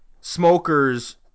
smokers